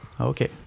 Okay